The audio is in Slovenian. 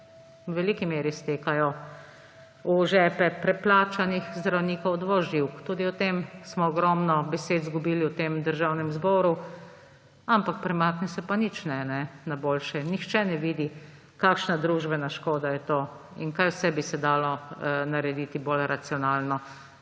v veliki meri iztekajo v žepe preplačanih zdravnikov dvoživk, tudi o tem smo ogromno besed zgubili v tem državnem zboru, ampak premakne se pa nič ne na boljše. Nihče ne vidi, kakšna družbena škoda je to in kaj vse bi se dalo narediti bolj racionalno